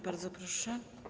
Bardzo proszę.